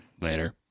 Later